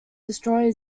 destroy